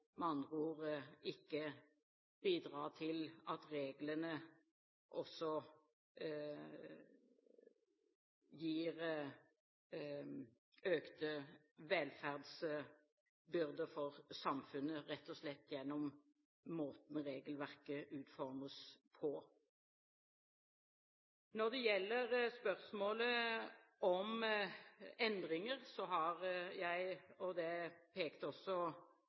med andre ord ikke bidrar til at reglene gir økte velferdsbyrder for samfunnet, rett og slett gjennom måten regelverket utformes på. Når det gjelder spørsmålet om endringer, har jeg – det pekte også